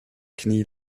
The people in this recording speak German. knie